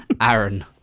Aaron